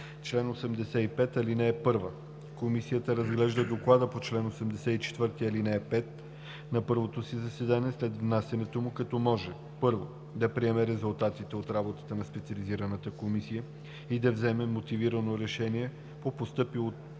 чл. 85: „Чл. 85. (1) Комисията разглежда доклада по чл. 84, ал. 5 на първото си заседание след внасянето му, като може: 1. да приеме резултатите от работата на специализираната комисия и да вземе мотивирано решение по постъпилото